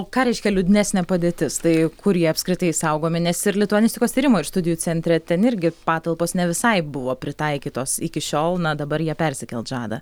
ką reiškia liūdnesnė padėtis tai kur jie apskritai saugomi nes ir lituanistikos tyrimo ir studijų centre ten irgi patalpos ne visai buvo pritaikytos iki šiol na dabar jie persikelt žada